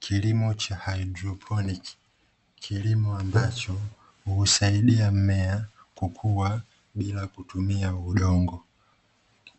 Kilimo cha haidroponi, kilimo ambacho huisaidia mmea kukua bila kutumia udongo.